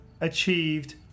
achieved